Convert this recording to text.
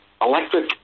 electric